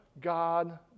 God